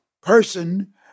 person